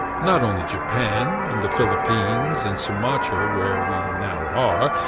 not only japan, and the philippines, and sumatra where we now are,